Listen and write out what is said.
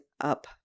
up